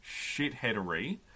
shitheadery